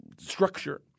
structure